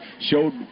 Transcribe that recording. showed